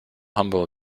humble